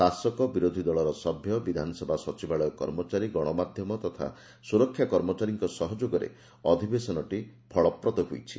ଶାସକ ବିରୋଧୀ ଦଳର ସଭ୍ୟ ବିଧାନସଭା ସଚିବାଳୟ କର୍ମଚାରୀ ଗଣମାଧ୍ଧମ ତଥା ସ୍ବରକ୍ଷା କର୍ମଚାରୀଙ୍କ ସହଯୋଗରେ ଅଧିବେଶନଟି ଫଳପ୍ରଦ ହୋଇଛି